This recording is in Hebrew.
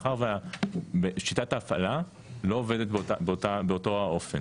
מאחר ושיטת ההפעלה לא עובדת באותו האופן.